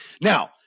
Now